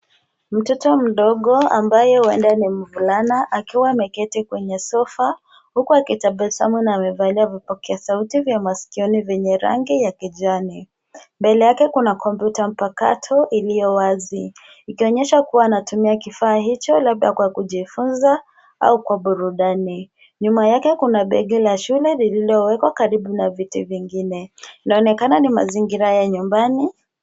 Mtoto mdogo ambaye huenda ni mvulana akiwa ameketi kwenye sofa huku akitabasamu na amevalia vipokea sauti vya masikioni vyenye rangi ya kijani. Mbele yake kuna kompyuta mpakato iliyo wazi ikionyesha kuwa anatumia kifaa hicho labda kwa kujifunza au kwa burudani. Nyuma yake kuna begi la shule lililowekwa karibu na viti vingine. Inaonekana ni mazingira ya nyumbani.